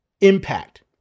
impact